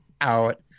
out